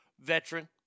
veteran